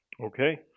Okay